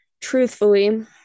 Truthfully